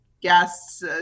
guests